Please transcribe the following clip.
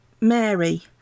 mary